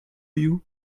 you